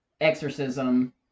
exorcism